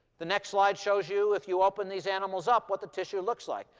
the next slide shows you, if you open these animals up, what the tissue looks like.